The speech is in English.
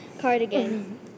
cardigan